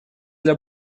для